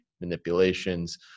manipulations